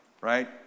right